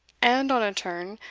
and, on a turn,